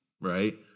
Right